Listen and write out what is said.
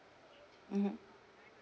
mmhmm